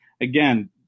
again